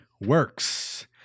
works